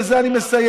ובזה אני מסיים,